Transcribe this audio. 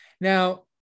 Now